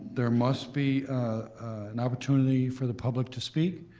there must be an opportunity for the public to speak,